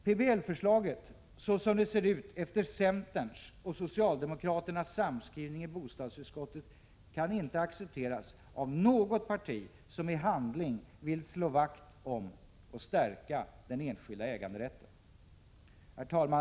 PBL-förslaget, såsom det ser ut efter centerns och socialdemokraternas samskrivning i bostadsutskottet, kan inte accepteras av något parti som i handling vill slå vakt om och stärka den enskilda äganderätten. Herr talman!